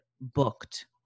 booked